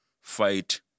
fight